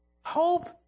hope